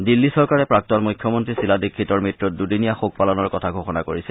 দিল্নী চৰকাৰে প্ৰাক্তন মুখ্যমন্ত্ৰী শীলা দীক্ষিতৰ মৃত্যুত দুদিনীয়া শোক পালনৰ কথা ঘোষণা কৰিছে